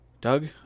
Doug